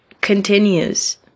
continues